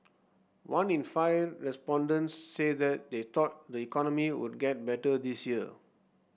one in five respondents said that they thought the economy would get better this year